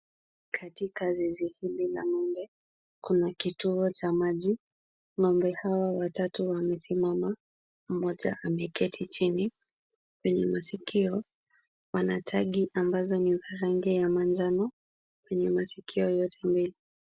Katika zizi hili la ng'ombe, kuna kituo cha maji. Ng'ombe hawa watatu wamesimama, mmoja ameketi chini. Kwenye masikio, wanatagi ambazo ni za rangi ya manjano, kwenye masikio yote mbili.